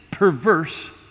perverse